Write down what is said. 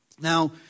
Now